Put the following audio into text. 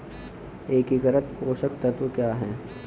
एकीकृत पोषक तत्व क्या है?